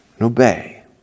Obey